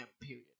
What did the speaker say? period